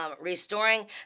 Restoring